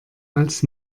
als